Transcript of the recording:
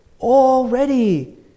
already